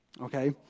okay